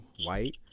white